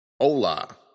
Hola